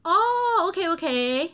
oh okay okay